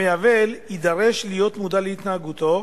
המעוול יידרש להיות מודע להתנהגותו